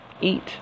eat